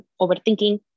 overthinking